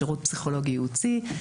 שירות פסיכולוגי ייעוצי,